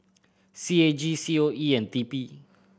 C A G C O E and T P